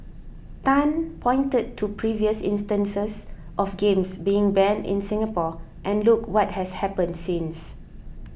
tan pointed to previous instances of games being banned in Singapore and look what has happened since